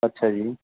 ਅੱਛਾ ਜੀ